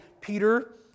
Peter